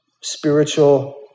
spiritual